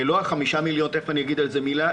לא החמישה מיליון שתכף אגיד עליו מילה,